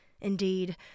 Indeed